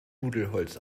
nudelholz